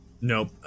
Nope